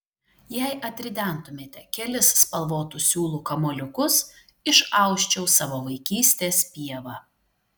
jei atridentumėte kelis spalvotų siūlų kamuoliukus išausčiau savo vaikystės pievą